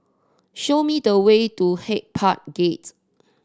show me the way to Hyde Park Gate